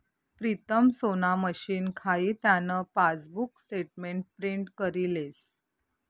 प्रीतम सोना मशीन खाई त्यान पासबुक स्टेटमेंट प्रिंट करी लेस